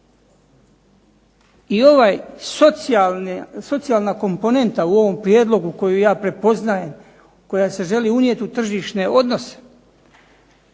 I ovaj socijalna komponenta u ovom prijedlogu koju ja prepoznajem, koja se želi unijeti u tržišne odnose